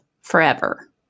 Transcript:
forever